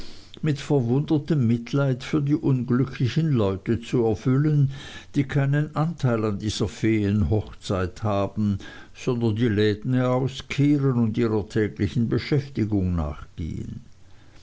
mit verwundertem mitleid für die unglücklichen leute zu erfüllen die keinen anteil an dieser feenhochzeit haben sondern die läden auskehren und ihrer täglichen beschäftigung nachgehen